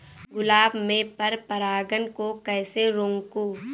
गुलाब में पर परागन को कैसे रोकुं?